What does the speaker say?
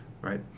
Right